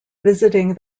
visiting